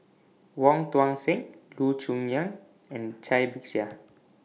Wong Tuang Seng Loo Choon Yong and Cai Bixia